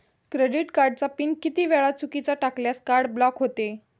Credit कार्डचा pin किती वेळा चुकीचा टाकल्यास कार्ड ब्लॉक होते?